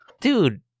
Dude